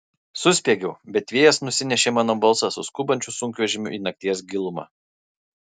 suspiegiau bet vėjas nusinešė mano balsą su skubančiu sunkvežimiu į nakties gilumą